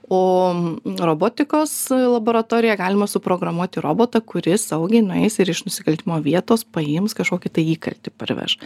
o robotikos laboratorijoj galima suprogramuoti robotą kuris saugiai nueis ir iš nusikaltimo vietos paims kažkokį tai įkaltį parveš